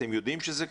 אתם יודעים שזה קיים?